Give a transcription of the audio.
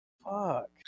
Fuck